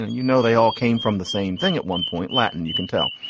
and you know, they all came from the same thing at one point. latin. you can tell.